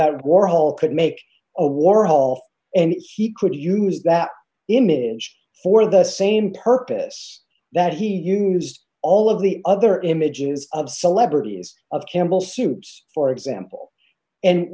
warhol could make a warhol and he could use that image for the same purpose that he used all of the other images of celebrities of campbell soups for example and